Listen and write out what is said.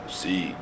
see